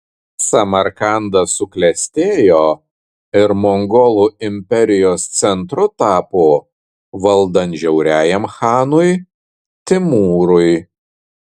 samarkandas suklestėjo ir mongolų imperijos centru tapo valdant žiauriajam chanui timūrui